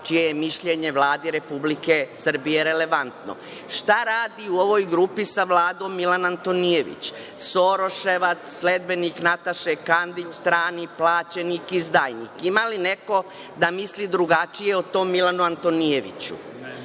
čije je mišljenje Vladi Republike Srbije relevantno? Šta radi u ovoj grupi sa Vladom Milan Antonijević, soroševac, sledbenik Nataše Kandić, strani plaćenik, izdajnik? Ima li neko da misli drugačije o tom Milanu Antonijeviću? Čudi